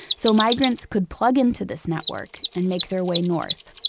so migrants could plug into this network and make their way north.